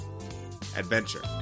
adventure